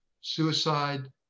suicide